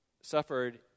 suffered